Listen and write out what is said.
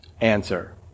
answer